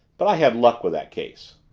but i had luck with that case.